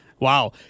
Wow